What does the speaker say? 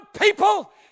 people